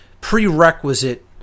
prerequisite